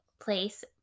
place